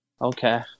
Okay